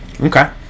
Okay